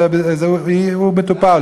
הוא מטופל,